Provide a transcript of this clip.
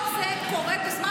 כל זה קורה בזמן